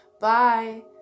Bye